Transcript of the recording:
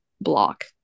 block